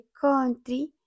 country